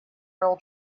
real